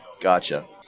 Gotcha